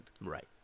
Right